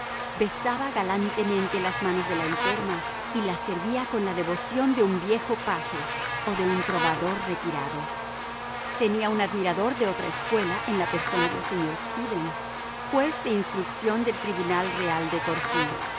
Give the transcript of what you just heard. besaba galantemente las manos de la enferma y la servía con la devoción de un viejo paje o de un trovador retirado tenía un admirador de otra escuela en la persona del señor stevens juez de instrucción del tribunal real de corfú